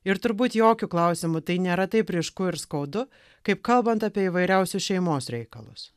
ir turbūt jokiu klausimu tai nėra taip ryšku ir skaudu kaip kalbant apie įvairiausius šeimos reikalus